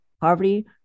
poverty